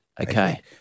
Okay